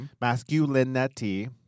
masculinity